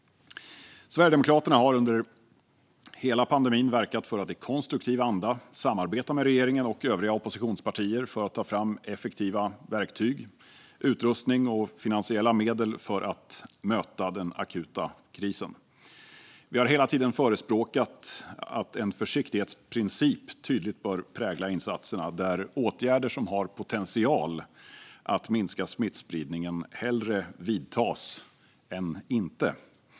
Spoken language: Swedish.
Sverigedemokraterna har under hela pandemin verkat för att i konstruktiv anda samarbeta med regeringen och övriga oppositionspartier för att ta fram effektiva verktyg, utrustning och finansiella medel för att möta den akuta krisen. Vi har hela tiden förespråkat att en försiktighetsprincip tydligt bör prägla insatserna, där åtgärder som har potential att minska smittspridningen hellre vidtas än inte.